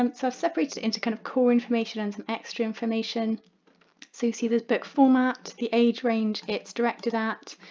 um so i've separated into kind of core information and some extra information so you see the book format, the age range it's directed at,